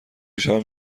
شبم